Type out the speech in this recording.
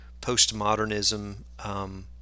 postmodernism